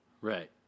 Right